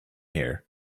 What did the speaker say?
here